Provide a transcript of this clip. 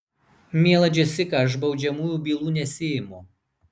miela džesika aš baudžiamųjų bylų nesiimu